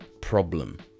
problem